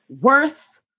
worth